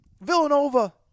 Villanova